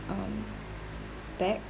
um back